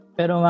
Pero